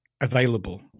available